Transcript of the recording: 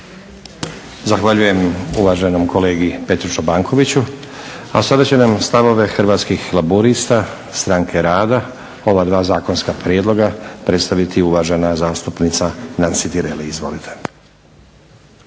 Zahvaljujem uvaženom kolegi Petru Čobankoviću. A sada će nam stavove Hrvatskih laburista-stranke rada ova dva zakonska prijedloga predstaviti uvažena zastupnica Nansi Tireli. Izvolite.